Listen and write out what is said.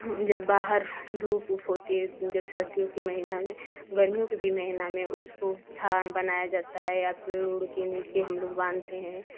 और जब बाहर धूप उप होती है जब सर्दियों के महिना में गर्मी के भी महिना में उसको छाह बनाया जाता हैं पेड़ ओड़ के नीचे हम लोग बांधते हैं